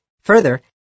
Further